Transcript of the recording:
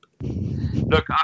Look